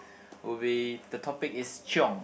would be the topic is chiong